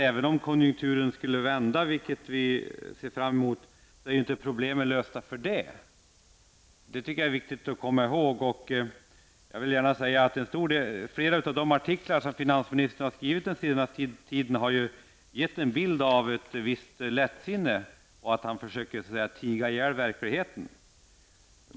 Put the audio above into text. Även om konjunkturen skulle vända, något som vi ser fram emot, är problemen inte lösta med det. Det tycker jag att det är viktigt att komma ihåg. Flera av de artiklar finansministern skrivit under den senaste tiden har gett bilden av ett visst lättsinne -- han försöker tiga ihjäl verkligheten.